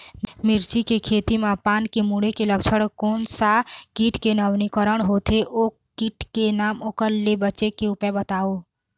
मिर्ची के खेती मा पान के मुड़े के लक्षण कोन सा कीट के नवीनीकरण होथे ओ कीट के नाम ओकर ले बचे के उपाय बताओ?